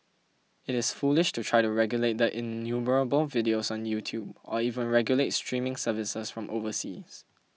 it is foolish to try to regulate the innumerable videos on YouTube or even regulate streaming services from overseas